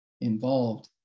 involved